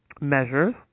measures